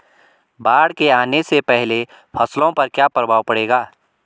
बाढ़ के आने से फसलों पर क्या प्रभाव पड़ेगा?